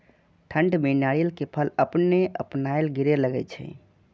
ठंड में नारियल के फल अपने अपनायल गिरे लगए छे?